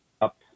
up